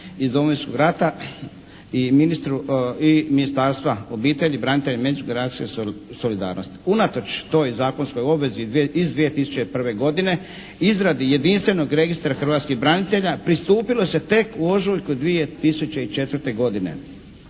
iz Domovinskog rata i Ministarstva obitelji, branitelja i međugeneracijske solidarnosti. Unatoč toj zakonskoj obvezi iz 2001. godine, izradi jedinstvenog registra hrvatskih branitelja pristupilo se tek u ožujku 2004. godine